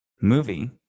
movie